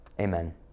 amen